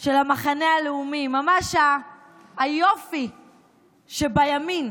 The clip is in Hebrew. של המחנה הלאומי, ממש היופי שבימין,